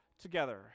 together